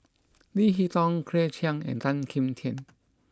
Leo Hee Tong Claire Chiang and Tan Kim Tian